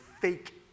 fake